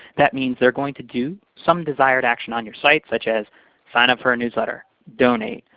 that means they're going to do some desired action on your site, such as sign up for a newsletter, donate,